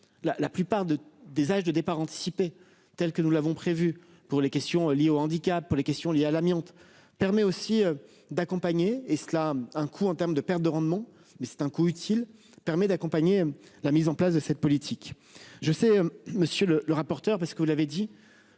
la plupart de des âges de départ anticipé telle que nous l'avons prévu pour les questions liées au handicap pour les questions liées à l'amiante permet aussi d'accompagner et cela a un coût en termes de perte de rendement. Mais c'est un coup utile permet d'accompagner la mise en place de cette politique, je sais. Monsieur le rapporteur. Parce que vous l'avez dit